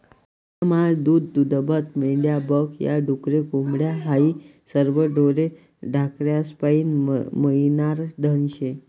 गायनं मास, दूधदूभतं, मेंढ्या बक या, डुकरे, कोंबड्या हायी सरवं ढोरे ढाकरेस्पाईन मियनारं धन शे